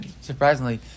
surprisingly